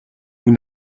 nous